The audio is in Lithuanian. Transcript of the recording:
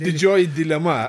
didžioji dilema